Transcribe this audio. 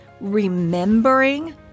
remembering